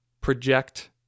project